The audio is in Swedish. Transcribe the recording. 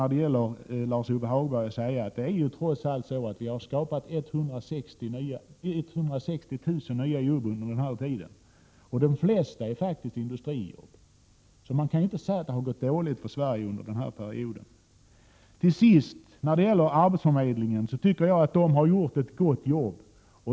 Vi har trots allt skapat 160 000 nya jobb under den här tiden, och de flesta är faktiskt industrijobb. Man kan alltså inte säga att det har gått dåligt för Sverige under den perioden. Till sist vill jag säga att jag tycker arbetsförmedlingen har gjort ett gott jobb.